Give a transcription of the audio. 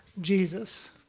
Jesus